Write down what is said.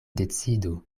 decidu